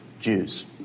Jews